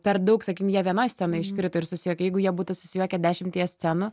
per daug sakykim jie vienoj scenoj iškrito ir susijuokė jeigu jie būtų susijuokė dešimtyje scenų